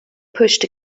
pushed